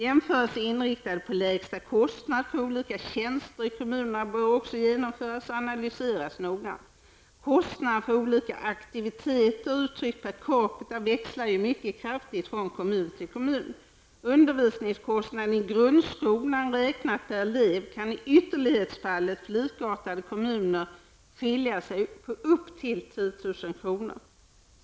Jämförelser inriktade på lägsta kostnad för olika tjänster i kommunerna bör också göras och analyseras noggrant. Kostnaderna för olika aktiviteter uttryckta per capita växlar mycket kraftigt från kommun till kommun. Undervisningskostnaderna i grundskolan räknat per elev kan i ytterlighetsfall i likartade kommuner skilja på upp till 3 000kr.